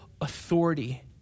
authority